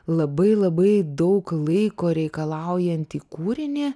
labai labai daug laiko reikalaujantį kūrinį